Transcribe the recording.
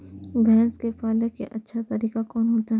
भैंस के पाले के अच्छा तरीका कोन होते?